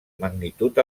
magnitud